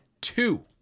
two